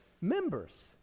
members